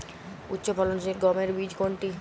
উচ্চফলনশীল গমের বীজ কোনটি?